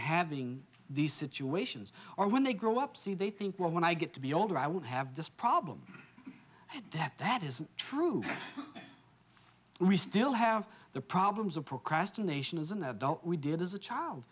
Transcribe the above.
having these situations or when they grow up see they think well when i get to be older i won't have this problem that that isn't true we still have the problems of procrastination as an adult we did as a child